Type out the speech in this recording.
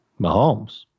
Mahomes